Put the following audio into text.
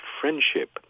friendship